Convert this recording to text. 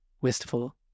wistful